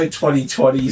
2020